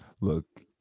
look